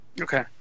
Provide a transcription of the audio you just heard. Okay